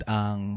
ang